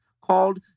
called